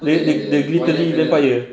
the the the glittery vampire